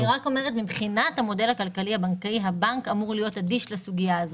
מבחינת המודל הכלכלי הבנקאי הבנק אמור להיות אדיש לסוגיה הזאת,